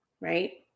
Right